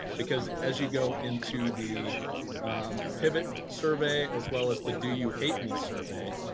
because as you go into the pivot survey as well as the do you hate me survey,